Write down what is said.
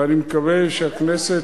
ואני מקווה שהכנסת,